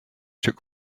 took